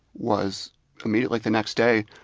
was immediately, the next day,